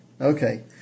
Okay